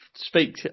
speak